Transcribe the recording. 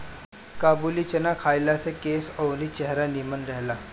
काबुली चाना खइला से केस अउरी चेहरा निमन रहेला